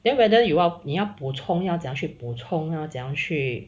then whether you 你要补充要怎么去补充要怎样去